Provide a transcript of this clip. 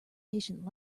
patient